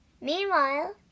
Meanwhile